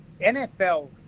NFL